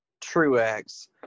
Truex